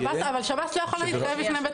אבל שירות בתי הסוהר לא יכול להתחייב בפני בית